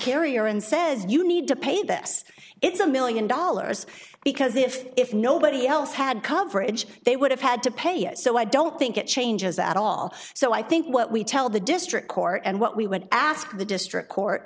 carrier and says you need to pay this it's a million dollars because if if nobody else had coverage they would have had to pay it so i don't think it changes at all so i think what we tell the district court and what we would ask the district court